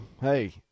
hey